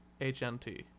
H-N-T